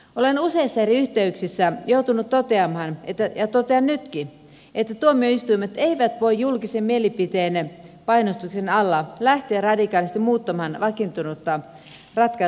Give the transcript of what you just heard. olen useissa eri yhteyksissä joutunut toteamaan ja totean nytkin että tuomioistuimet eivät voi julkisen mielipiteen painostuksen alla lähteä radikaalisti muuttamaan vakiintunutta ratkaisukäytäntöä